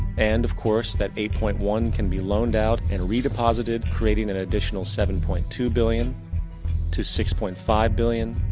and, of course, that eight point one can be loaned out and redeposited creating an additional seven point two billion to six point five billion.